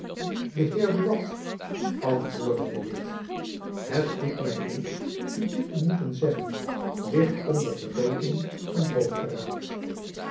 buat antwoordde de witt het doet my leed u dit te moeten zeggen ligt onder verdenking van